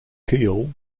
keel